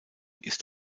ist